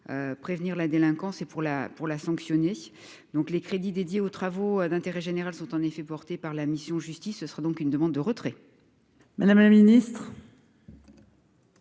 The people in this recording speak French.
prévenir la délinquance et pour la pour la sanctionner, donc les crédits dédiés aux travaux d'intérêt général, sont en effet portées par la mission Justice ce sera donc une demande de retrait. Madame la Ministre.